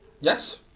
Yes